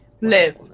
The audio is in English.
live